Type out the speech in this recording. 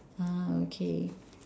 ah okay